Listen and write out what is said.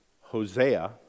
Hosea